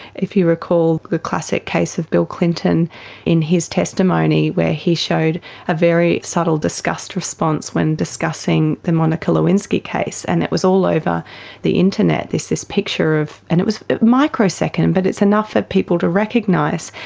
if you recall the classic case of bill clinton in his testimony where he showed a very subtle disgust response when discussing the monica lewinsky case, and it was all over the internet, this this picture of, and it was a microsecond but it's enough for people to recognise,